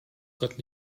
gott